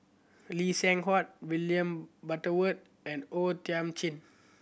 Lee Seng Huat William Butterworth and O Thiam Chin